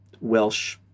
Welsh-